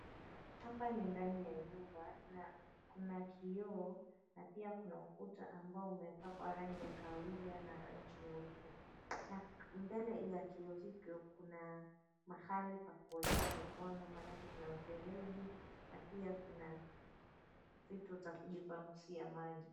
Hapa ni ndani ya nyumba, kuna kioo na pia kuna ukuta ambao umepakwa rangi ya kahawia na nyeupe na mbele ya kioo hio kuna mahali pakuoshea mikono manake kuna mfereji na pia kuna vitu za kujipangusia maji.